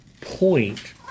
point